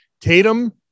Tatum